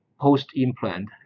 post-implant